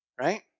right